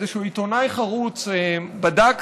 איזשהו עיתונאי חרוץ בדק,